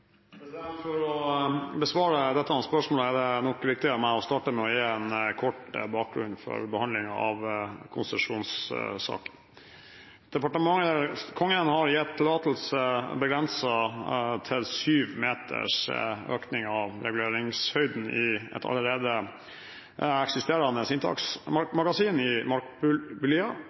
For å besvare dette spørsmålet er det nok riktig av meg å starte med å gi en kort bakgrunn for behandlingen av konsesjonssaken. Kongen i statsråd har gitt tillatelse begrenset til sju meters økning av reguleringshøyden i et allerede eksisterende